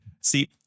see